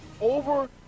over